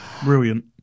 brilliant